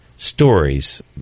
stories